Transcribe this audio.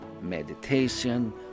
meditation